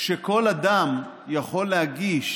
כשכל אדם יכול להגיש